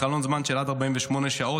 בחלון זמן של עד 48 שעות,